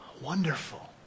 Wonderful